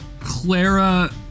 Clara